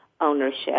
ownership